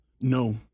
No